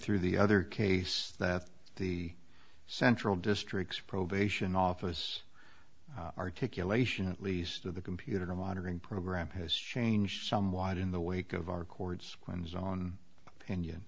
through the other case that the central district probation office articulation at least of the computer monitoring program has changed somewhat in the wake of our courts crimes on indian